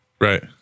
right